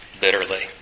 bitterly